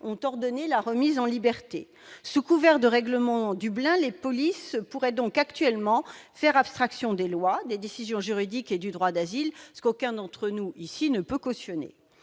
ont ordonné la remise en liberté ...» Sous couvert du règlement de Dublin, les polices pourraient donc aujourd'hui faire abstraction des lois, des décisions juridiques et du droit d'asile, ce qu'aucun d'entre nous ici ne saurait cautionner.